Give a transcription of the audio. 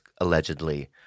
allegedly